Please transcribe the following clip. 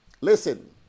Listen